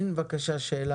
הזה.